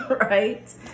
right